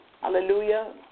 hallelujah